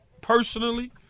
personally